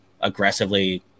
aggressively